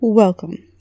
Welcome